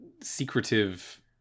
secretive